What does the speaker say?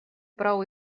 prou